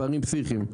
פערים פסיכיים.